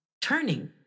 turning